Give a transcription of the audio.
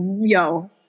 yo